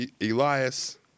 Elias